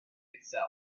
itself